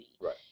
Right